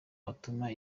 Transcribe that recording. hatuma